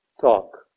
Talk